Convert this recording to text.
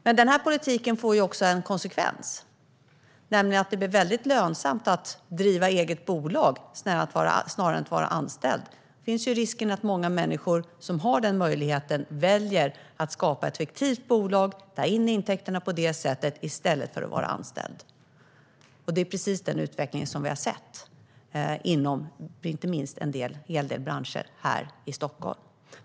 Men denna politik får en konsekvens, nämligen att det blir väldigt lönsamt att driva eget bolag snarare än att vara anställd. Risken finns att många människor som har den möjligheten väljer att skapa ett fiktivt bolag och ta in intäkterna på det sättet i stället för att vara anställda. Det är precis den utvecklingen som vi har sett inom inte minst en hel del branscher här i Stockholm.